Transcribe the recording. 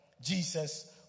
jesus